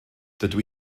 dydw